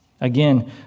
Again